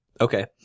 okay